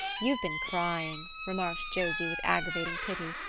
you've been crying, remarked josie, with aggravating pity.